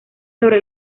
sobre